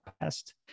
best